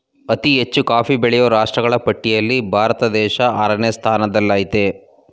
ಅತಿ ಹೆಚ್ಚು ಕಾಫಿ ಬೆಳೆಯೋ ರಾಷ್ಟ್ರಗಳ ಪಟ್ಟಿಲ್ಲಿ ಭಾರತ ದೇಶ ಆರನೇ ಸ್ಥಾನದಲ್ಲಿಆಯ್ತೆ